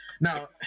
Now